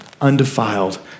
undefiled